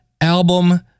album